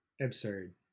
absurd